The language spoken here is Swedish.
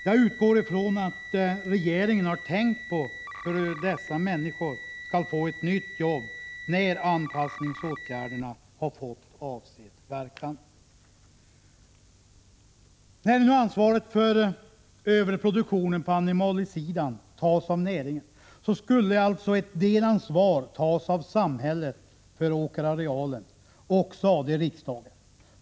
Jag utgår ifrån att regeringen har tänkt på hur de människor det är fråga om skall kunna få ett nytt arbete när anpassningsåtgärderna har fått avsedd verkan. När nu ansvaret för överproduktionen på animaliesidan tas av näringen, skulle alltså ett delansvar tas av samhället när det gäller åkerarealen.